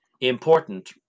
important